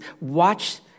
watch